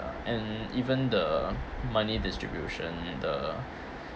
and even the money distribution and the